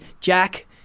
Jack